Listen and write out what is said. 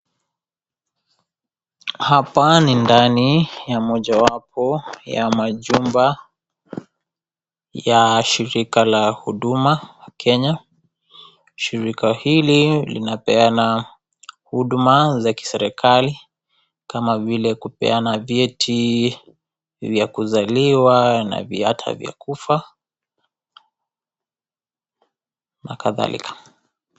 Hapa ni ndani ya mojawapo ya majumba ya shirika la huduma wa Kenya, shirika hili linapeana huduma za kiserikali kama vile kupeanana vyeti vya kuzaliwa na hata ya kufa na kadhalika.